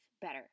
better